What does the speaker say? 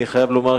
אני חייב לומר,